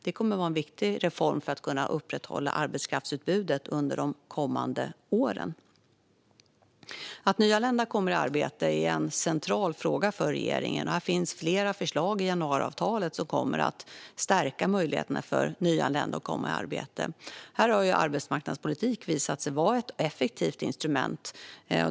Det kommer att vara en viktig reform för att kunna upprätthålla arbetskraftsutbudet under de kommande åren. Att nyanlända kommer i arbete är en central fråga för regeringen. Det finns flera förslag i januariavtalet som kommer att stärka möjligheterna för nyanlända att komma i arbete. Här har arbetsmarknadspolitik visat sig vara ett effektivt instrument.